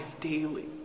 daily